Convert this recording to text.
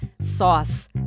sauce